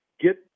get